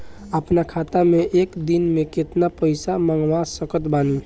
अपना खाता मे एक दिन मे केतना पईसा मँगवा सकत बानी?